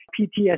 PTSD